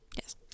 Yes